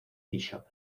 bishop